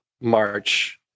March